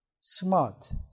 Smart